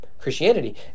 Christianity